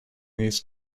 these